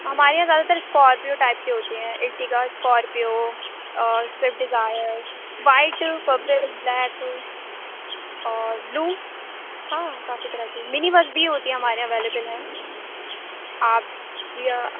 ہمارے یہاں زیادہ تر اسکارپیو ٹائپ کی ہوتی ہیں ارٹگا اسکارپیو اور Swift Dzires white purple black اور بلو ہاں کافی طرح کی منی بس بھی ہوتی ہے ہمارے یہاں اویلیبل ہیں آپ یا